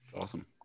Awesome